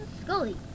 Scully